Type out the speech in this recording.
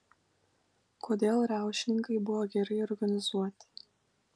kodėl riaušininkai buvo gerai organizuoti